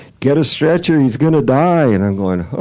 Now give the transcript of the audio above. get a stretcher! he's gonna die! and i'm going,